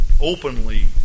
openly